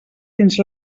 fins